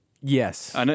Yes